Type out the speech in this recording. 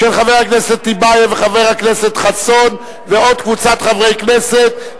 של חבר הכנסת טיבייב וחבר הכנסת חסון ועוד קבוצת חברי כנסת,